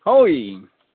ꯍꯣꯏ